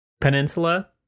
Peninsula